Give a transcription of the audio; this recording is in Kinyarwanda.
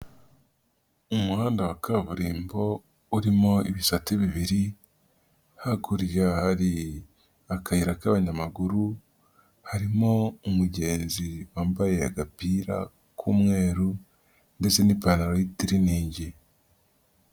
Umuhanda wa kaburimbo urimo ibisate bibiri, hakurya hari akayira k'abanyamaguru harimo umugenzi wambaye agapira k'umweru ndetse n'ipantaro y'itiriningi.